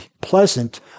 pleasant